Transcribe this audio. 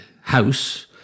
house